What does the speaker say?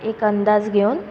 एक अंदाज घेवन